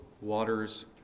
waters